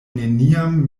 neniam